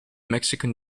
mexican